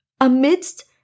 amidst